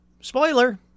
spoiler